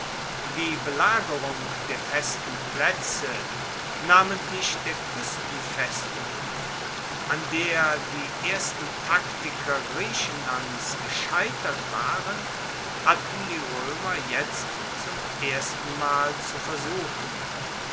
die belagerung der festen plaetze namentlich der kuestenfestungen an der die ersten taktiker griechenlands gescheitert waren hatten die roemer jetzt zum erstenmal zu versuchen